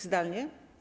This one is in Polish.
Zdalnie?